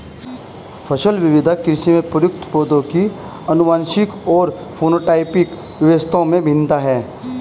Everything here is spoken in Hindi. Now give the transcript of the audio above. फसल विविधता कृषि में प्रयुक्त पौधों की आनुवंशिक और फेनोटाइपिक विशेषताओं में भिन्नता है